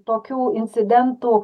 tokių incidentų